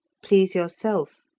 please yourself.